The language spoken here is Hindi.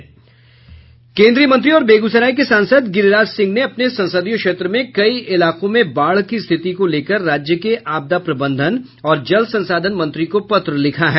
केन्द्रीय मंत्री और बेगूसराय के सांसद गिरिराज सिंह ने अपने संसदीय क्षेत्र में कई इलाकों में बाढ़ की स्थिति को लेकर राज्य के आपदा प्रबंधन और जल संसाधन मंत्री को पत्र लिखा है